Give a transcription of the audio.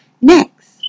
Next